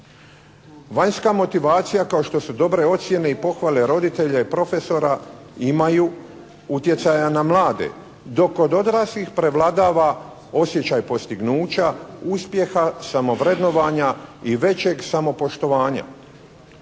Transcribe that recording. Vanjska motivacija kao što su dobre ocjene i pohvale roditelja i profesora imaju utjecaja na mlade dok kod odraslih prevladava osjećaj postignuća, uspjeha, samovrednovanja i većeg samopoštovanja.